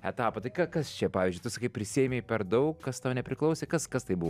etapą tai ką kas čia pavyzdžiui tu sakai prisiėmei per daug kas tau nepriklausė kas kas tai bu